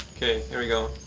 okay? here. we go